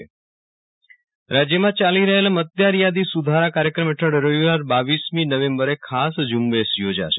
વિરલ રાણા મતદાર યાદી સુધારણા કાર્યક્રમ રાજ્યમાં ચાલી રહેલા મતદાર યાદી સુધારા કાર્યક્રમ હેઠળ રવિવાર બાવીસમી નવેમ્બરે ખાસ ઝૂંબશ યોજાશે